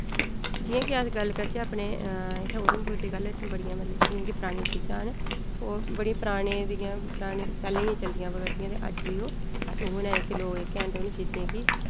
जि'यां कि अस गल्ल करचै अपने इत्थै उधमपुर दी गल्ल इत्थै बड़ियां मतलब कि साढ़ियां कि परानियां चीजां न ओह् बड़े पराने दियां बी पराने पैह्लें दियां चलदी आवै करदियां ते अज्ज बी ओह् अस उ'ऐ नेह् जेह्के लोक जेह्के हैन ते उ'नें चीजें की